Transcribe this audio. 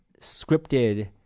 scripted